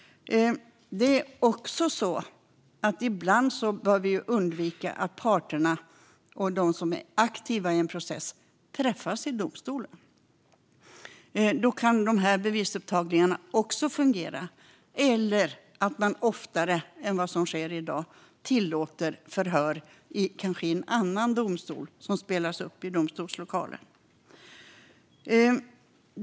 Det är också så att vi ibland bör undvika att parterna och de som är aktiva i en process träffas i domstolen. Då kan bevisupptagningarna fungera eller att man oftare än i dag tillåter att förhör som skett i annan domstol spelas upp i domstolslokalen.